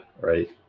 Right